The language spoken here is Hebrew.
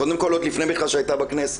קודם כל עוד לפני בכלל שהיא הייתה בכנסת.